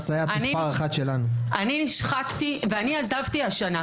אני נשחקתי ועזבתי השנה,